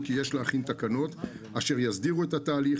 כי יש להכין תקנות אשר יסדירו את התהליך,